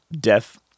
death